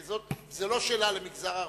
זו לא שאלה למגזר ערבי,